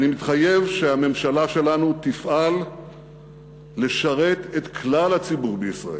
אני מתחייב שהממשלה שלנו תפעל לשרת את כלל הציבור בישראל,